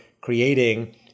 creating